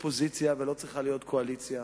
אופוזיציה ולא צריכה להיות קואליציה,